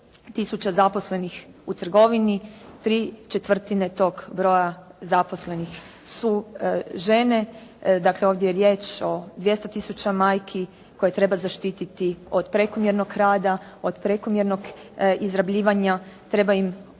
tisuća zaposlenih u trgovini ¾ tog broja zaposlenih su žene. Dakle, ovdje je riječ o 200 tisuća majki koje treba zaštititi od prekomjernog rada od prekomjernog izrabljivanja, treba im osigurati